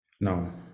now